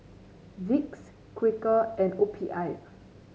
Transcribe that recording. Vicks Quaker and O P I